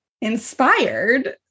inspired